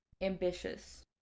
ambitious